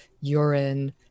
urine